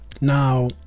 now